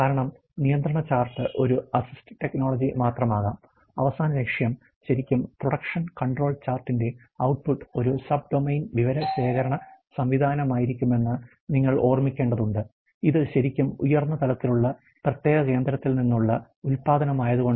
കാരണം നിയന്ത്രണ ചാർട്ട് ഒരു അസിസ്റ്റ് ടെക്നോളജി മാത്രമാകാം അവസാന ലക്ഷ്യം ശരിക്കും പ്രൊഡക്ഷൻ കൺട്രോൾ ചാർട്ടിന്റെ OUTPUT ഒരു സബ്ഡൊമെയ്ൻ വിവര ശേഖരണ സംവിധാനമായിരിക്കുമെന്ന് നിങ്ങൾ ഓർമ്മിക്കേണ്ടതുണ്ട് ഇത് ശരിക്കും ഉയർന്ന തലത്തിലുള്ള പ്രത്യേക കേന്ദ്രത്തിൽ നിന്ന് ഉള്ള ഉത്പ്പാദനം ആയതു കൊണ്ട്